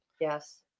Yes